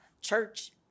church